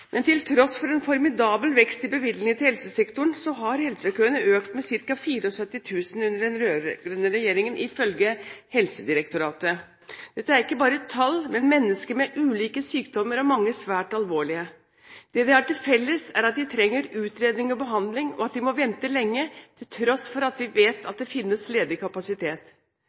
Men til tross for en formidabel vekst i bevilgningene til helsesektoren har helsekøene økt med ca. 74 000 under den rød-grønne regjeringen, ifølge Helsedirektoratet. Dette er ikke bare tall, men mennesker med ulike sykdommer, mange svært alvorlige. Det de har til felles, er at de trenger utredning og behandling, og at de må vente lenge, til tross for at vi vet at det finnes ledig kapasitet.